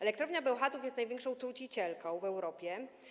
Elektrownia Bełchatów jest największa trucicielką w Europie.